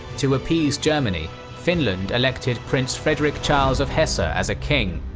to appease germany, finland elected prince frederick charles of hesse ah as a king,